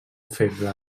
feble